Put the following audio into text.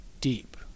deep